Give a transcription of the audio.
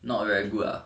not very good ah